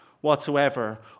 whatsoever